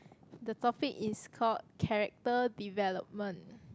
the topic is called character development